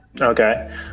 Okay